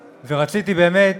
ורציתי, באמת,